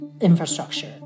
infrastructure